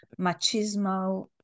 machismo